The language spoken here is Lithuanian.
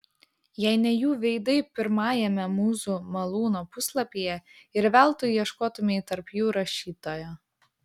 jei ne jų veidai pirmajame mūzų malūno puslapyje ir veltui ieškotumei tarp jų rašytojo